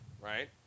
Right